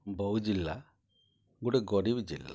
ବୌଦ୍ଧ୍ ଜିଲ୍ଲା ଗୁଟେ ଗରିବ୍ ଜିଲ୍ଲା